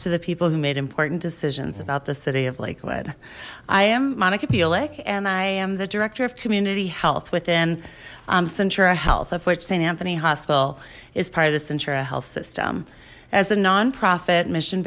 to the people who made important decisions about the city of lakewood i am monica bulik and i am the director of community health within sintra health of which saint anthony hospital is part of the century health system as a nonprofit mission